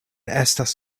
estas